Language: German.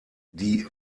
die